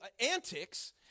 antics